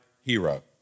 Hero